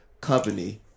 company